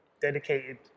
Dedicated